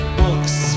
books